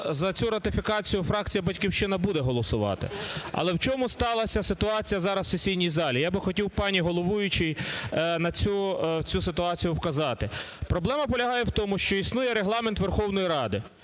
за цю ратифікацію фракція "Батьківщина" буде голосувати. Але в чому сталася ситуація зараз в сесійній залі? Я би хотів пані головуючій на цю ситуацію вказати. Проблема полягає в тому, що існує Регламент Верховної Ради.